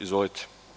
Izvolite.